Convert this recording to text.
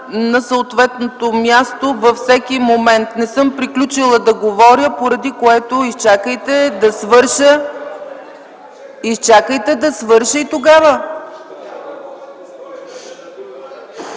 на съответното място във всеки момент. Не съм приключила да говоря, поради което изчакайте да свърша.